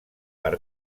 per